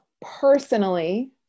Personally